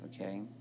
okay